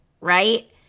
right